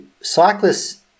cyclists